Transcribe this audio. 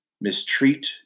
mistreat